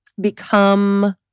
become